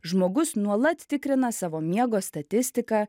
žmogus nuolat tikrina savo miego statistiką